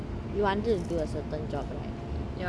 you wanted to do a certain job right